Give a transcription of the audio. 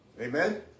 Amen